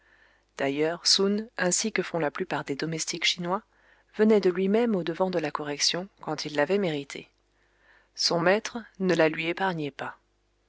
d'ailleurs soun ainsi que font la plupart des domestiques chinois venait de lui-même au-devant de la correction quand il l'avait méritée son maître ne la lui épargnait pas